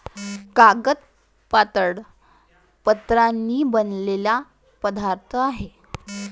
कागद पातळ पत्र्यांनी बनलेला पदार्थ आहे